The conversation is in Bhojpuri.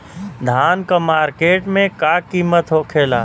धान क मार्केट में का कीमत होखेला?